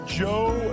joe